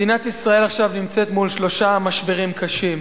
מדינת ישראל עכשיו נמצאת מול שלושה משברים קשים: